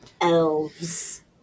Elves